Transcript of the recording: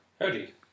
Howdy